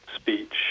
speech